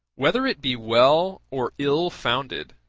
whether it be well or ill founded,